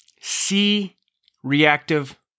C-reactive